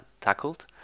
tackled